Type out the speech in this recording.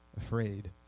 afraid